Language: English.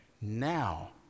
Now